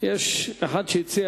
אני מציע